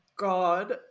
God